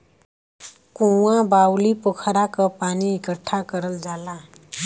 कुँआ, बाउली, पोखरा क पानी इकट्ठा करल जाला